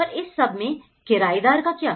पर इस सब में किराएदार का क्या